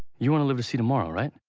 you want to live to see tomorrow, right?